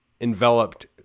enveloped